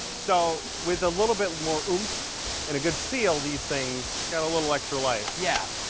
so with a little bit more oomph and a good seal, these things get a little extra life. yeah.